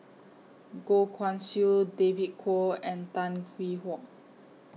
Goh Guan Siew David Kwo and Tan Hwee Hock